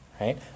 right